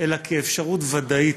אלא כאפשרות ודאית.